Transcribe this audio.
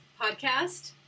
podcast